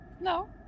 No